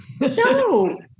No